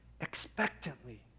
expectantly